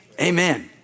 Amen